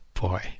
boy